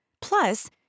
Plus